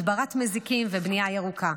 הדברת מזיקים ובנייה ירוקה.